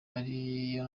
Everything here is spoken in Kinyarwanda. ariyo